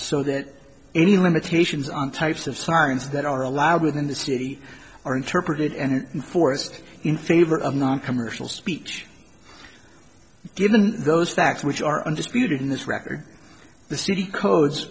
so that any limitations on types of sirens that are allowed within the city are interpreted and enforced in favor of noncommercial speech given those facts which are undisputed in this record the city codes